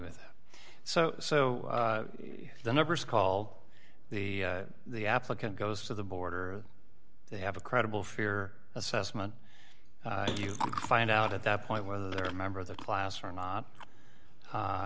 with so so the numbers call the the applicant goes to the border they have a credible fear assessment you find out at that point whether they're a member of the class or not